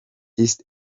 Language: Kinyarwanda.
east